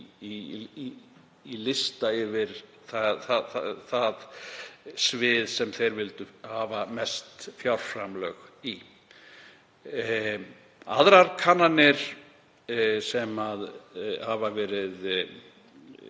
lista yfir það svið sem þeir vildu mest fjárframlög í. Aðrar kannanir, sem gerðar hafa verið